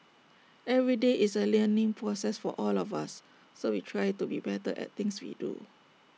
every day is A learning process for all of us so we try to be better at things we do